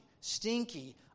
Stinky